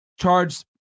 charged